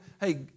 hey